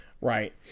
Right